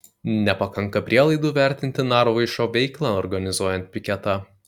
nepakanka prielaidų vertinti narvoišo veiklą organizuojant piketą